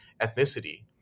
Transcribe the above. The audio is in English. ethnicity